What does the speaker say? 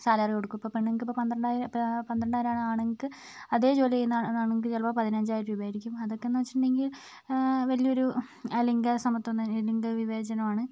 salary കൊടുക്കും ഇപ്പോൾ പെണ്ണുങ്ങൾക്കിപ്പോൾ പന്ത്രണ്ടായിരം പന്ത്രണ്ടായിരമാണ് ആണുങ്ങൾക്ക് അതേ ജോലി ചെയ്യുന്ന ആണുങ്ങൾക്ക് ചിലപ്പോൾ പതിനഞ്ചായിരം രൂപയായിരിക്കും അതൊക്കെന്നുവെച്ചിട്ടുണ്ടെങ്കിൽ വലിയൊരു ലിംഗ സമത്വ ലിംഗ വിവേചനമാണ്